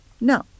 No